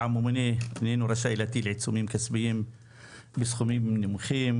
הממונה איננו רשאי להטיל עיצומים כספיים בסכומים נמוכים,